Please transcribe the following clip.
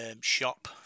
shop